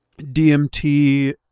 DMT